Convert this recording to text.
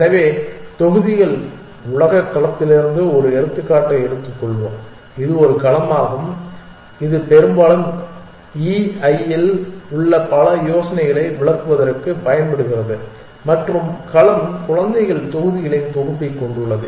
எனவே தொகுதிகள் உலக களத்திலிருந்து ஒரு எடுத்துக்காட்டை எடுத்துக்கொள்வோம் இது ஒரு களமாகும் இது பெரும்பாலும் E I இல் உள்ள பல யோசனைகளை விளக்குவதற்குப் பயன்படுகிறது மற்றும் களம் குழந்தைகள் தொகுதிகளின் தொகுப்பைக் கொண்டுள்ளது